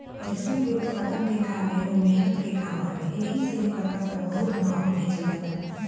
रेशम के उत्पादन के काम एगो मेहनत के काम हवे एही से एकर कपड़ा बहुते महंग बेचल जाला